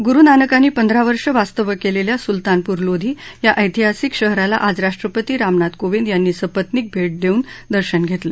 गुरुनानकांनी पंधरा वर्षे वास्तव्य केलेल्या सुलतानपूर लोधी या ऐतिहासिक शहराला आज राष्ट्रपती रामनाथ कोविंद यांनी सपात्निक भेट देऊन दर्शन घेतलं